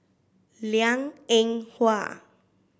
Liang Eng Hwa